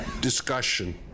discussion